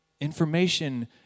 Information